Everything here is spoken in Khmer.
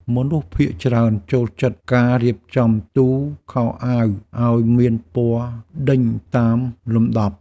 មនុស្សភាគច្រើនចូលចិត្តការរៀបចំទូខោអាវឱ្យមានពណ៌ដេញតាមលំដាប់។